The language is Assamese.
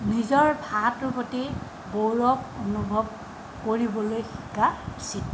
নিজৰ ভাষাটোৰ প্ৰতি গৌৰৱ অনুভৱ কৰিবলৈ শিকা উচিত